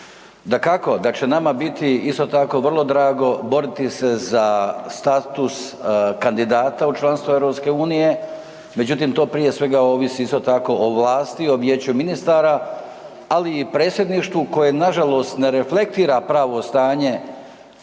Dakako da će nama biti isto tako vrlo drago boriti se za status kandidata u članstvo EU-a međutim to prije svega ovisi isto tako o vlasti, o Vijeću ministara ali i predsjedništvu koje nažalost ne reflektira pravo stanje